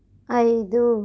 ఐదు